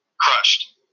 crushed